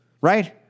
right